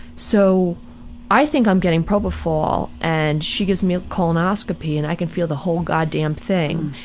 so i think i'm getting propofol, and she gives me a colonoscopy, and i can feel the whole goddamn thing.